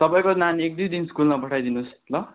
तपाईँको नानी एक दुई दिन स्कुल नपठाई दिनुहोस् ल